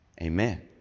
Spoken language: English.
Amen